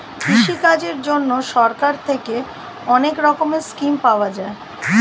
কৃষিকাজের জন্যে সরকার থেকে অনেক রকমের স্কিম পাওয়া যায়